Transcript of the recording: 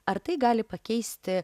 ar tai gali pakeisti